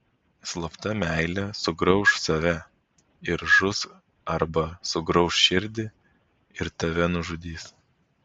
slapta meilė sugrauš save ir žus arba sugrauš širdį ir tave nužudys